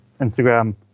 Instagram